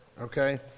Okay